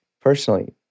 personally